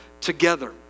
together